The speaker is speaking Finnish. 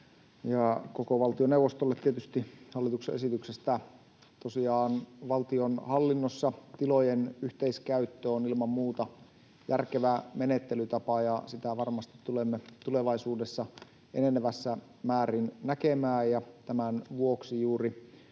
koko valtioneuvostolle hallituksen esityksestä. Tosiaan valtionhallinnossa tilojen yhteiskäyttö on ilman muuta järkevä menettelytapa, ja sitä varmasti tulemme tulevaisuudessa enenevässä määrin näkemään. Tämän vuoksi juuri